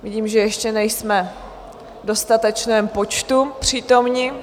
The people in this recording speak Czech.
Vidím, že ještě nejsme v dostatečném počtu přítomni.